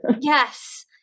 Yes